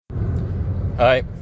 Hi